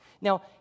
Now